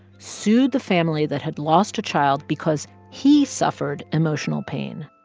sued the family that had lost a child because he suffered emotional pain.